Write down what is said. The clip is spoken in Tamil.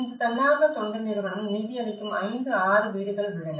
இந்த தன்னார்வ தொண்டு நிறுவனம் நிதியளிக்கும் 5 6 வீடுகள் உள்ளன